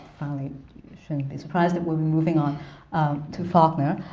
shouldn't be surprised that we'll be moving on to faulkner.